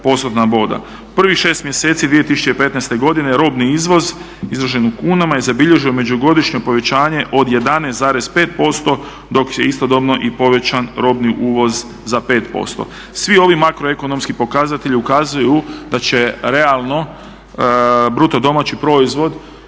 Prvih 6 mjeseci 2015. godine robni izvoz izražen u kunama je zabilježio međugodišnje povećanje od 11,5% dok je istodobno i povećan robni uvoz za 5%. Svi ovi makroekonomski pokazatelji ukazuju da će realno BDP u 2015. biti